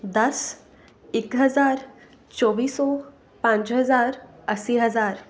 ਦਸ ਇੱਕ ਹਜ਼ਾਰ ਚੌਵੀ ਸੌ ਪੰਜ ਹਜ਼ਾਰ ਅੱਸੀ ਹਜ਼ਾਰ